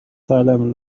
salem